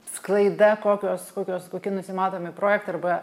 sklaida kokios kokios kokie nusimatomi projektai arba